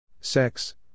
Sex